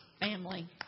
family